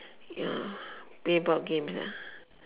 ya play board games ah